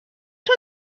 تون